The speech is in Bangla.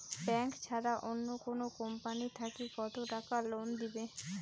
ব্যাংক ছাড়া অন্য কোনো কোম্পানি থাকি কত টাকা লোন দিবে?